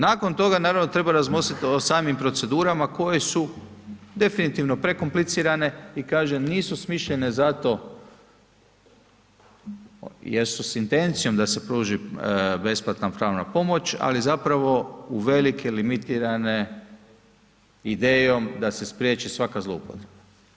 Nakon toga naravno da treba razmisliti o samim procedurama koje su definitivno prekomplicirane i kaže nisu smišljene zato jer su s intencijom da se pruži besplatna pravna pomoć, ali zapravo u velike limitirane idejom da se spriječi svaka zlouporaba.